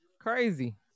Crazy